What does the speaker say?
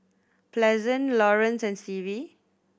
Pleasant Laurence and Stevie